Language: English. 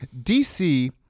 DC